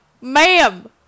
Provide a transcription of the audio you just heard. ma'am